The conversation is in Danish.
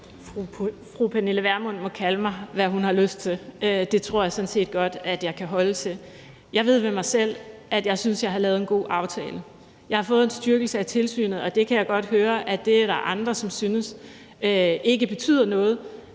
Fru Pernille Vermund må kalde mig, hvad hun har lyst til. Det tror jeg sådan set godt at jeg kan holde til. Jeg ved med mig selv, at jeg synes, jeg har lavet en god aftale. Jeg har fået en styrkelse af tilsynet, og det kan jeg godt høre at der er andre som synes ikke betyder noget.